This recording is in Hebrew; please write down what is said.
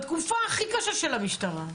בתקופה הכי קשה של המשטרה.